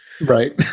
Right